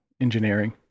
engineering